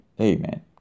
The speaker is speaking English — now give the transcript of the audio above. Amen